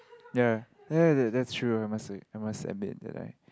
ya ya ya that's true I must I must admit that I